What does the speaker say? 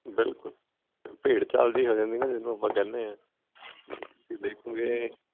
ਬਿਲਕੁਲ ਭੇਡਚਾਲ ਜੀ ਹੋ ਜਾਂਦੀ ਨਾ ਜਿੱਦਾਂ ਆਪਾਂ ਕਹਿੰਦੇ ਆਂ ਵੀ ਦੇਖੋ ਜੇ